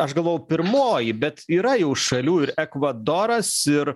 aš galvojau pirmoji bet yra jau šalių ir ekvadoras ir